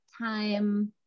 time